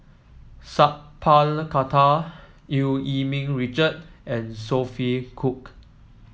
Sat Pal Khattar Eu Yee Ming Richard and Sophia Cooke